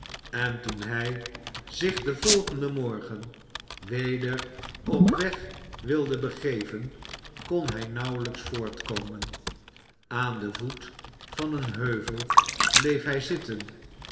en toen hij zich den volgenden morgen weder op weg wilde begeven kon hij nauwelijks voortkomen aan den voet van een heuvel bleef hij zitten